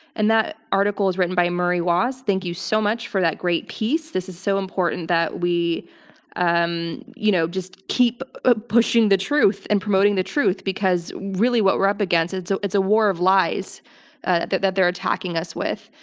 and that article is written by murray waas. thank you so much for that great piece. this is so important that we um you know just keep ah pushing the truth and promoting the truth, because really what we're up against, so it's a war of lies that that they're attacking us with,